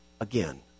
again